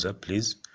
please